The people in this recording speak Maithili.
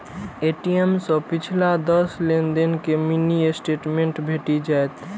ए.टी.एम सं पिछला दस लेनदेन के मिनी स्टेटमेंट भेटि जायत